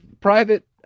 private